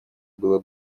было